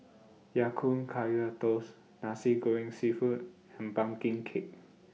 Ya Kun Kaya Toast Nasi Goreng Seafood and Pumpkin Cake